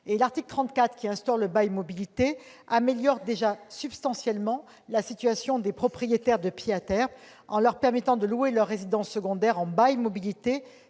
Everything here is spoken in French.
l'article 34, qui instaure le bail mobilité, améliore déjà substantiellement la situation des propriétaires de pied-à-terre, en leur permettant de louer leur résidence secondaire en bail mobilité